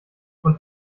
und